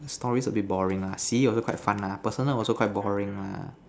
stories a bit boring ah silly also quite fun ah personal also quite boring lah